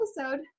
episode